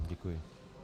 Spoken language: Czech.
Děkuji.